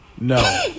No